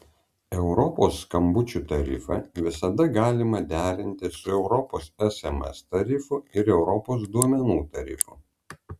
europos skambučių tarifą visada galima derinti su europos sms tarifu ir europos duomenų tarifu